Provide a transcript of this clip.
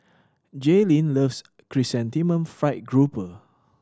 Jaylin loves Chrysanthemum Fried Grouper